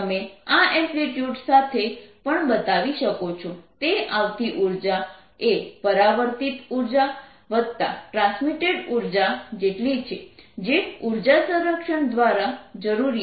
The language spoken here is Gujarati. તમે આ એમ્પ્લિટ્યૂડ સાથે પણ બતાવી શકો છો તે આવતી ઉર્જા એ પરાવર્તિત ઉર્જા વત્તા ટ્રાન્સમીટેડ ઉર્જા જેટલી છે જે ઉર્જા સંરક્ષણ દ્વારા જરૂરી છે